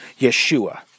Yeshua